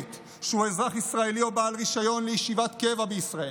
שהוא אזרח ישראלי או בעל רישיון לישיבת קבע בישראל,